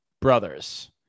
brothers